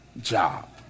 job